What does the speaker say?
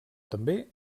també